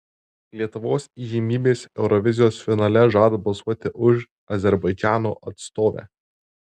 lietuvos įžymybės eurovizijos finale žada balsuoti už azerbaidžano atstovę